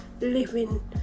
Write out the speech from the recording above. living